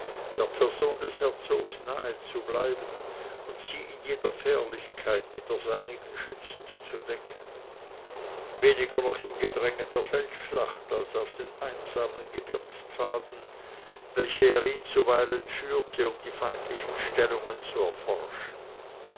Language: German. der person des herzogs nahe zu bleiben und sie in jeder fährlichkeit mit der seinigen schützend zu decken weniger noch im gedränge der feldschlacht als auf den einsamen gebirgspfaden welche er ihn zuweilen führte um die feindlichen stellungen zu erforschen